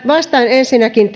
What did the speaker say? vastaan ensinnäkin